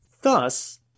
Thus